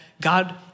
God